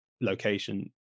location